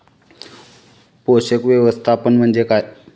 पोषक व्यवस्थापन म्हणजे काय?